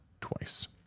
twice